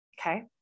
okay